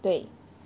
对